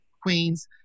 queens